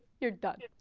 here dot